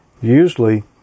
usually